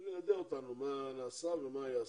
ליידע אותנו במה שנעשה ומה ייעשה.